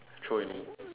throw in